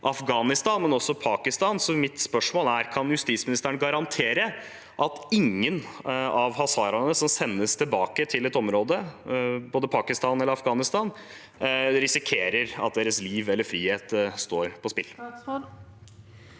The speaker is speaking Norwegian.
Afghanistan, men også til Pakistan. Så mitt spørsmål er: Kan justisministeren garantere at ingen av hazaraene som sendes tilbake til et område, både Pakistan og Afghanistan, risikerer at deres liv eller frihet står på spill?